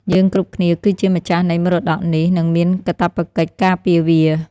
យើងគ្រប់គ្នាគឺជាម្ចាស់នៃមរតកនេះ និងមានកាតព្វកិច្ចការពារវា។